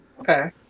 Okay